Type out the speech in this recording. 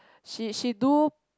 she she do